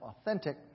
authentic